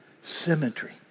Symmetry